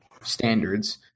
standards